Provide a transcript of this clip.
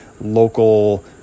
local